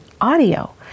audio